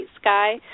sky